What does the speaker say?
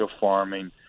farming